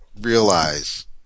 realize